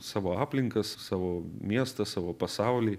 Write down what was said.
savo aplinkas savo miestą savo pasaulį